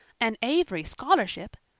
an avery scholarship!